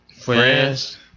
friends